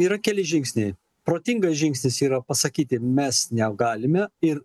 yra keli žingsniai protingas žingsnis yra pasakyti mes negalime ir